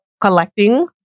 collecting